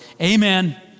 Amen